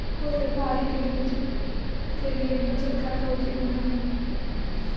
कोई व्यापारी के लिए बचत खाता उचित न हइ